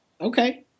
Okay